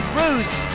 Bruce